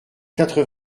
quatre